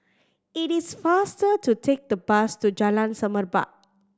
it is faster to take the bus to Jalan Semerbak